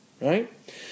Right